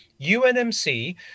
UNMC